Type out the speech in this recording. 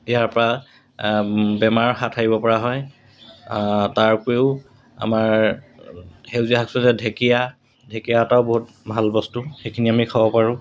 ইয়াৰপৰা বেমাৰ হাত সাৰিবপৰা হয় তাৰ উপৰিও আমাৰ সেউজীয়া শাক পাচলিৰ ভিতৰত ঢেকীয়া ঢেকীয়া এটাও বহুত ভাল বস্তু সেইখিনি আমি খাব পাৰোঁ